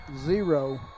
zero